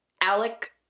Alec